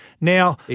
Now